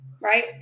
right